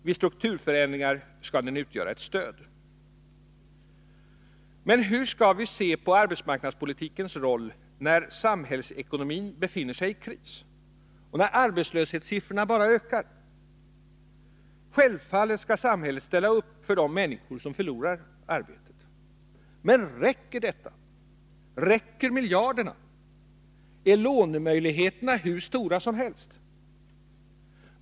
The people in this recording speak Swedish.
Vid strukturförändringar skall den utgöra ett stöd. Men hur skall vi se på arbetsmarknadspolitikens roll när samhällsekonomin befinner sig i kris och när arbetslöshetssiffrorna bara ökar? Självfallet skall samhället ställa upp för de människor som förlorar arbetet. Men räcker detta? Räcker miljarderna? Är lånemöjligheterna hur stora som helst?